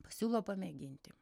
pasiūlo pamėginti